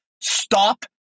stop